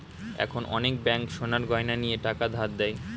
এখন অনেক ব্যাঙ্ক সোনার গয়না নিয়ে টাকা ধার দেয়